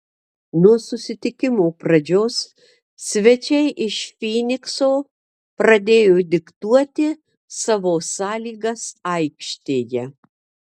nuo susitikimo pradžios svečiai iš fynikso pradėjo diktuoti savo sąlygas aikštėje